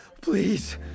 please